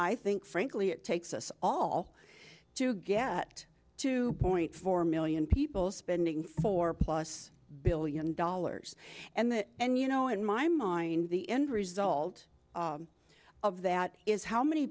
i think frankly it takes us all to get two point four million people spending four plus billion dollars and that and you know in my mind the end result of that is how many